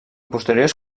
posteriors